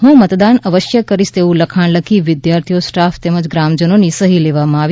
હું મતદાન અવશ્ય કરીશ તેવું લખાણ લખી વિદ્યાર્થીઓ સ્ટાફ તેમજ ગ્રામજનોની સહી લેવામાં આવી